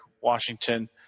Washington –